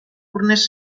urnes